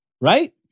right